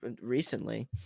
recently